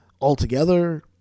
altogether